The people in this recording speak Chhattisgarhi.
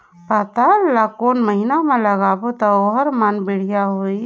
पातल ला कोन महीना मा लगाबो ता ओहार मान बेडिया होही?